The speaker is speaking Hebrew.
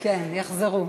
יחזרו,